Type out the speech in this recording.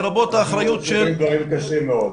אנחנו שומעים דברים קשים מאוד בהחלט.